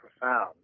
profound